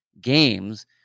games